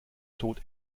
tod